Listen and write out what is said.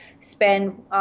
spend